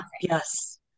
Yes